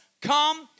come